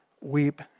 weep